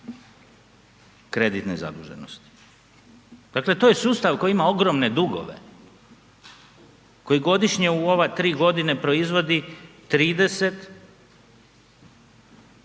kreditne zaduženosti. Dakle to je sustav koji ima ogromne dugove, koji godišnje u ove tri godine proizvodi 2016.